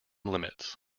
limits